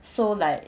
so like